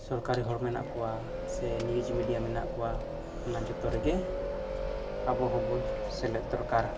ᱥᱚᱨᱠᱟᱨᱤ ᱦᱚᱲ ᱢᱮᱱᱟᱜ ᱠᱚᱣᱟ ᱥᱮ ᱱᱤᱭᱩᱡᱽ ᱢᱤᱰᱤᱭᱟ ᱢᱮᱱᱟᱜ ᱠᱚᱣᱟ ᱚᱱᱟ ᱡᱚᱛᱚ ᱨᱮᱜᱮ ᱟᱵᱚ ᱦᱚᱸᱵᱚᱱ ᱥᱮᱞᱮᱫ ᱫᱚᱨᱠᱟᱨ